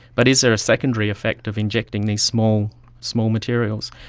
but is there a secondary effect of injecting these small small materials.